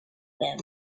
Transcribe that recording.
them